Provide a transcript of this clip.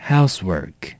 Housework